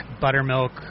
buttermilk